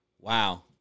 Wow